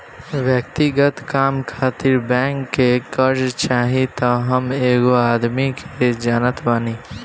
व्यक्तिगत काम खातिर बैंक से कार्जा चाही त हम एगो आदमी के जानत बानी